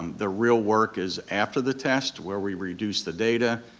um the real work is after the test where we reduce the data.